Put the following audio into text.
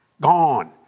gone